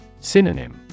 Synonym